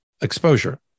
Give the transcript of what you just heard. exposure